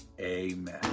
Amen